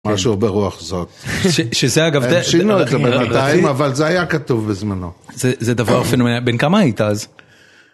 משהו ברוח זאת, שזה אגב. הלשינו עליכם בינתיים, אבל זה היה כתוב בזמנו. זה דבר... בן כמה היית אז?